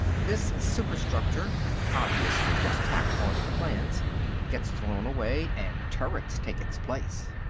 this superstructure obviously just tacked onto the plans gets thrown away, and turrets take its place.